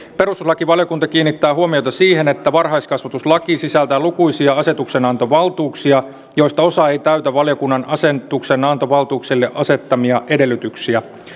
perustuslakivaliokunta kiinnittää huomiota siihen että varhaiskasvatuslaki sisältää lukuisia asetuksenantovaltuuksia joista osa ei täytä valiokunnan asetuksenantovaltuuksille asettamia edellytyksiä